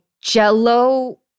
jello